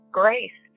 grace